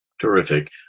Terrific